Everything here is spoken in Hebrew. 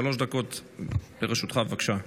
שלוש דקות לרשותך, בבקשה.